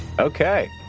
Okay